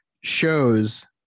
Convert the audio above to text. shows